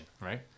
right